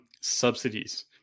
subsidies